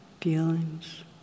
Feelings